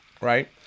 right